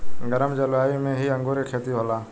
गरम जलवायु में ही अंगूर के खेती होला